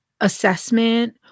assessment